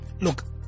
look